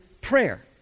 prayer